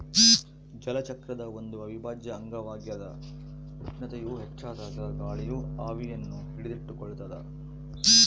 ಜಲಚಕ್ರದ ಒಂದು ಅವಿಭಾಜ್ಯ ಅಂಗವಾಗ್ಯದ ಉಷ್ಣತೆಯು ಹೆಚ್ಚಾದಾಗ ಗಾಳಿಯು ಆವಿಯನ್ನು ಹಿಡಿದಿಟ್ಟುಕೊಳ್ಳುತ್ತದ